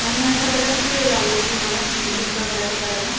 आणि ह्या सगळ्याला किती वेळ लागलेला तुम्हाला म्हणजे तुमच्या घराचं करायला